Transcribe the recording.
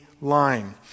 line